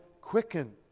quicken